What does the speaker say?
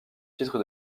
titre